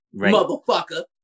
motherfucker